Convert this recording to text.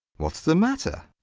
what's the matter?